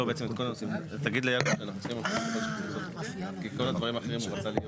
כאן בעצם הוועדה ביקשה איזשהו מנגנון שמערב את המנכ"לים של משרד הפנים,